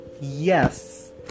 yes